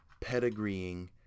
pedigreeing